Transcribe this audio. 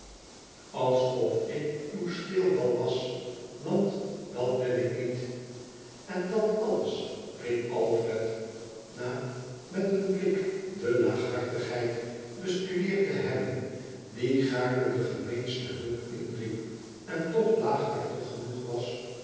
alsof ik uw speelbal was want dat ben ik niet n dat alles riep alfred na met een blik de laaghartigheid bestudeerd te hebben die gaarne de gemeenste hulp inriep en toch laaghartig genoeg was